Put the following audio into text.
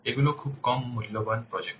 এগুলি খুব কম মূল্যবান প্রজেক্ট